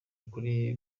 kuri